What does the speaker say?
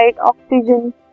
oxygen